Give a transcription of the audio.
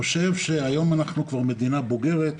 היום אנחנו כבר מדינה בוגרת,